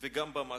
וגם במקרו.